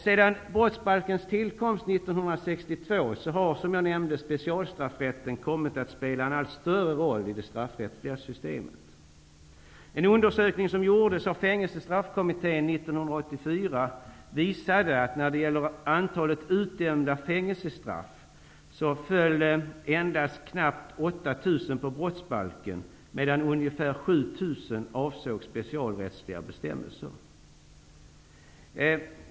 Sedan brottsbalkens tillkomst 1962 har, som jag nämnde, specialstraffrätten kommit att spela en allt större roll i det straffrättsliga systemet. En undersökning som gjordes av Fängelsestraffkommittén 1984 visade att av antalet utdömda fängelsestraff föll endast knappt 8 000 på brottsbalken medan ungefär 7 000 avsåg specialrättsliga bestämmelser.